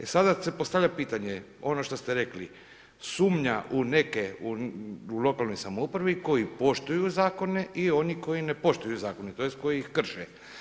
I sada se postavlja pitanje, ono što ste rekli, sumanja u neke lokalnoj samoupravi koji poštuju zakone i oni koji ne poštuju zakone tj. koji ih krše.